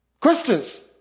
Questions